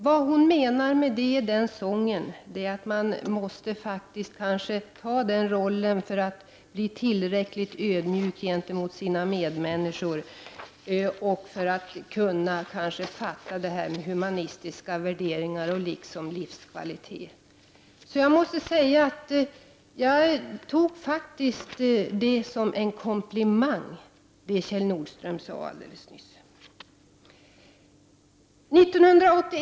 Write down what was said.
Vad hon menar är att man måste ta den rollen för att bli tillräckligt ödmjuk gentemot sina medmänniskor och för att kunna fatta det här med humanistiska värderingar och livskvalitet. Jag måste säga att jag tog det som Kjell Nordström sade alldeles nyss som en komplimang.